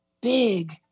big